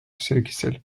sügisel